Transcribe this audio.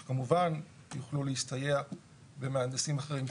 שכמובן יוכלו להסתייע במהנדסים אחרים.